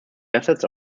methods